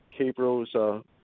Cabro's